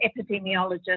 epidemiologist